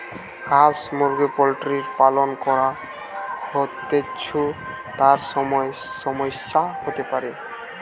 হাঁস মুরগি পোল্ট্রির পালন করা হৈতেছু, তার সময় সমস্যা হতে পারে